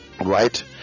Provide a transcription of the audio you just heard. Right